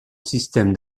système